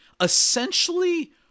essentially